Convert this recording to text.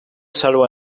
salvo